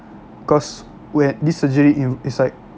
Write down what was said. cause whe~ this surgery is it's like